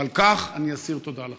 ועל כך אני אסיר תודה לכם.